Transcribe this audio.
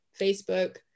Facebook